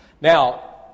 Now